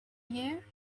you